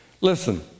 Listen